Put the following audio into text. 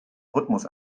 rhythmus